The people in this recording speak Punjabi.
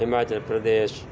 ਹਿਮਾਚਲ ਪ੍ਰਦੇਸ਼